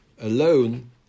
alone